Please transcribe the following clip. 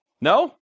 No